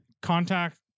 Contact